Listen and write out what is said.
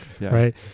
Right